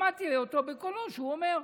שמעתי אותו בקולו, שהוא אומר: